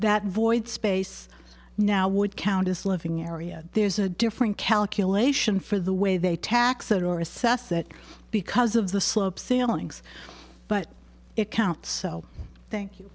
that void space now would count as living area there's a different calculation for the way they tax are or assessed that because of the slope ceilings but it counts so thank you